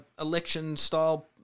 election-style